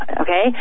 okay